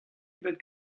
ebet